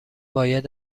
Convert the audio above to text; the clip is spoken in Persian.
باید